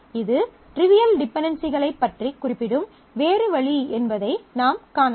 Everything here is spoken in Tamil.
இது ட்ரிவியல் டிபென்டென்சிகளைப் பற்றிக் குறிப்பிடும் வேறு வழி என்பதை நாம் காணலாம்